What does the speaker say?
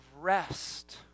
rest